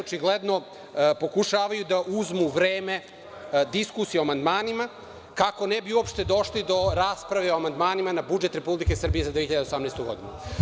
Očigledno pokušavaju da uzmu vreme diskusije o amandmanima, kako ne bi uopšte došli do rasprave o amandmanima na budžet Republike Srbije za 2018. godinu.